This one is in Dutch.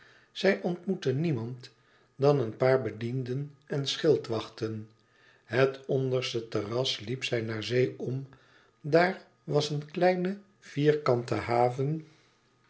zij ontmoette niemand dan een paar bedienden en schildwachten het onderste terras liep zij naar zee om daar was een kleine vierkante haven